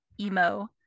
Emo